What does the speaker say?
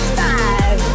five